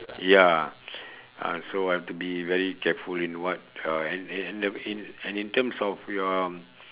ya uh so I have to be very careful in what uh in in in and in in terms of your